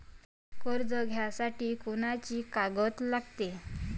कर्ज घ्यासाठी कोनची कागद लागते?